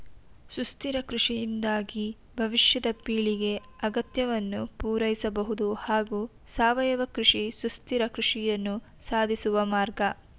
ಸುಸ್ಥಿರ ಕೃಷಿಯಿಂದಾಗಿ ಭವಿಷ್ಯದ ಪೀಳಿಗೆ ಅಗತ್ಯವನ್ನು ಪೂರೈಸಬಹುದು ಹಾಗೂ ಸಾವಯವ ಕೃಷಿ ಸುಸ್ಥಿರ ಕೃಷಿಯನ್ನು ಸಾಧಿಸುವ ಮಾರ್ಗ